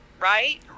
right